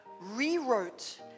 rewrote